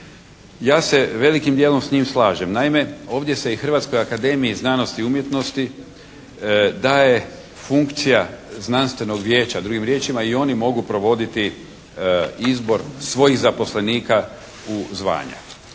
Ja se velikim dijelom s njim slažem. Naime ovdje se i Hrvatskoj akademiji znanosti umjetnosti daje funkcija znanstvenog vijeća, drugim riječima i oni mogu provoditi izbor svojih zaposlenika u zvanja.